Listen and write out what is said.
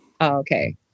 okay